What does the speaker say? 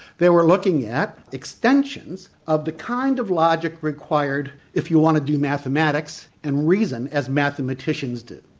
they were looking at extensions of the kind of logic required if you want to do mathematics and reason as mathematicians do.